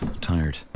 tired